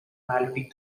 melody